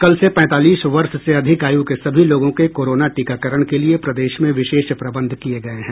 कल से पैंतालीस वर्ष से अधिक आयु के सभी लोगों के कोरोना टीकाकरण के लिये प्रदेश में विशेष प्रबंध किये गये हैं